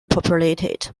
populated